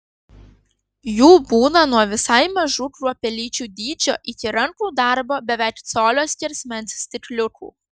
jų būna nuo visai mažų kruopelyčių dydžio iki rankų darbo beveik colio skersmens stikliukų